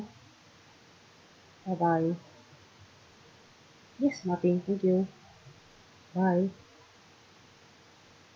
bye bye yes okay thank you bye